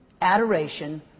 adoration